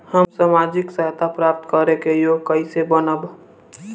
हम सामाजिक सहायता प्राप्त करे के योग्य कइसे बनब?